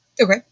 Okay